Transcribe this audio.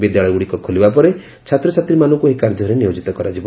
ବିଦ୍ୟାଳୟଗୁଡ଼ିକ ଖୋଲିବା ପରେ ଛାତ୍ରଛାତ୍ରୀମାନଙ୍କୁ ଏହି କାର୍ଯ୍ୟରେ ନିୟୋଜିତ କରାଯିବ